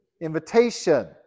invitation